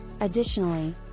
Additionally